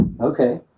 Okay